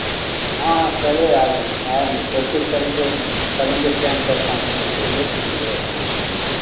हाँ हाँ पहले आ जाएँ सर हम कोशिश करेंगे करेंगे टाइम पर पहुँचने के लिए समझे